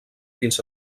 fins